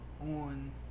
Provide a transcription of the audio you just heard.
on